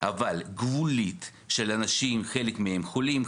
אבל גבולית של אנשים חלק מהם חולים,